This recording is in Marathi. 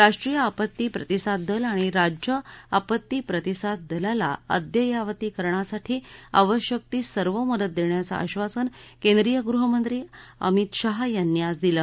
राष्ट्रीय आपत्ती प्रतिसाद दल आणि राज्य आपत्ती प्रतिसाद दलाला अद्ययावतीकरणासाठी आवश्यकती सर्व मदत देण्याचं आश्वासन केंद्रीय गृहमंत्री अमित शहा यांनी आज दिलं